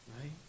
Right